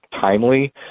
timely